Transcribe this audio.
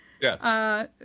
Yes